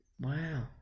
Wow